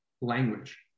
language